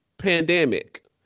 pandemic